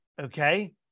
Okay